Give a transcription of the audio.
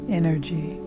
energy